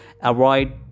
avoid